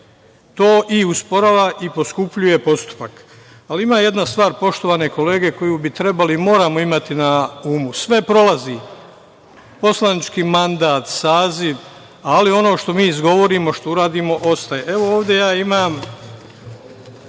To i usporava i poskupljuje postupak, ali ima jedna stvar, poštovane kolege, koju bi trebali imati na umu. Sve prolazi, poslanički mandat, saziv, ali ono što mi izgovorimo, što uradimo ostaje. Evo, ovde ja imam